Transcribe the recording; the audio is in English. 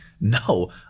No